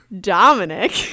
Dominic